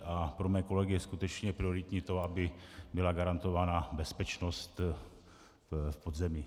A pro mé kolegy je skutečně prioritní to, aby byla garantovaná bezpečnost v podzemí.